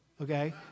okay